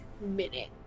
minute